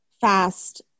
fast